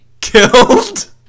killed